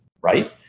Right